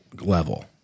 level